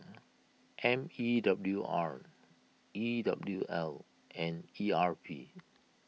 M E W R E W L and E R P